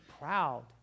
proud